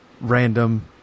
random